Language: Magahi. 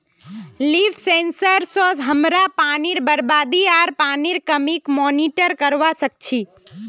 लीफ सेंसर स हमरा पानीर बरबादी आर पानीर कमीक मॉनिटर करवा सक छी